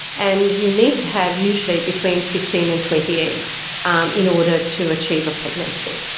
and you need to have usually between fifteen and twenty eggs in order to achieve a pregnancy.